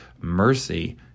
mercy